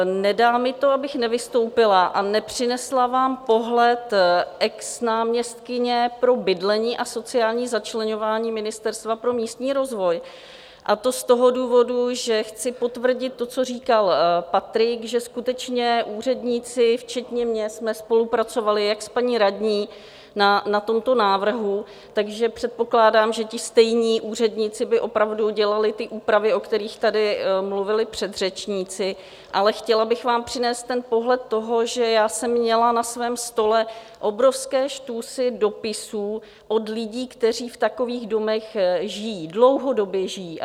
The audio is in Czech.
Nedá mi to, abych nevystoupila a nepřinesla vám pohled exnáměstkyně pro bydlení a sociální začleňování Ministerstva pro místní rozvoj, a to z toho důvodu, že chci potvrdit to, co říkal Patrik, že skutečně úředníci včetně mě jsme spolupracovali jak s paní radní na tomto návrhu, takže předpokládám, že ti stejní úředníci by opravdu dělali ty úpravy, o kterých tady mluvili předřečníci, ale chtěla bych vám přinést pohled toho, že jsem měla na svém stole obrovské štosy dopisů od lidí, kteří v takových domech žijí, dlouhodobě žijí.